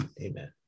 Amen